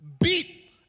beat